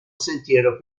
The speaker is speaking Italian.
sentiero